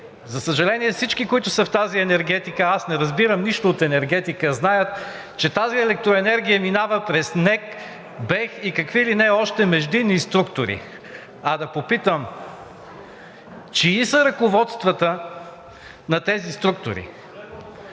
За съжаление, всички, които са в тази енергетика – аз не разбирам нищо от енергетика – знаят, че тази електроенергия минава през НЕК, БЕХ и какви ли не още междинни структури. А да попитам: чии са ръководствата на тези структури?